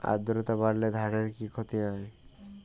আদ্রর্তা বাড়লে ধানের কি ক্ষতি হয়?